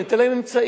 אני אתן להם אמצעים,